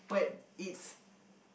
but it's